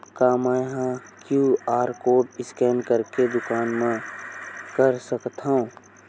का मैं ह क्यू.आर कोड स्कैन करके दुकान मा कर सकथव?